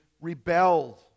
rebelled